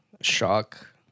shock